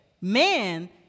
man